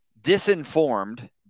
disinformed